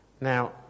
Now